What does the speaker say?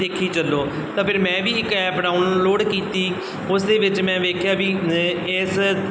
ਦੇਖੀ ਚੱਲੋ ਤਾਂ ਫਿਰ ਮੈਂ ਵੀ ਇੱਕ ਐਪ ਡਾਊਨਲੋਡ ਕੀਤੀ ਉਸ ਦੇ ਵਿੱਚ ਮੈਂ ਵੇਖਿਆ ਵੀ ਇਸ